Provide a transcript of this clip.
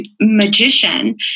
magician